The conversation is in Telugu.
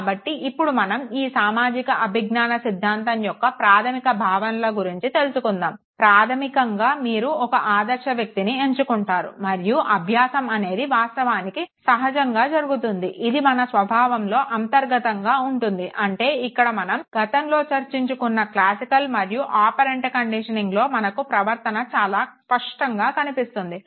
కాబట్టి ఇప్పుడు మనం ఈ సామాజిక అభిజ్ఞాన సిద్ధాంతం యొక్క ప్రాధమిక భావనలు గురించి తెలుసుకుందాము ప్రాధానికంగా మీరు ఒక ఆదర్శ వ్యక్తిని ఎంచుకుంటారు మరియు అభ్యాసం అనేది వాస్తవానికి సహజంగా జరుగుతుంది ఇది మన స్వభావంలో అంతర్గతంగా ఉంటుంది అంటే ఇక్కడ మనం గతంలో చర్చించుకున్న క్లాసికల్ మరియు ఆపరెంట్ కండిషనింగ్ లో మనకు ప్రవర్తన చాలా స్పష్టంగా కనిపిస్తుంది